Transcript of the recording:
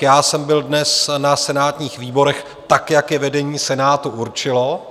Já jsem byl dnes na senátních výborech tak, jak je vedení Senátu určilo.